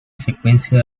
secuencia